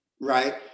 right